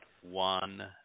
one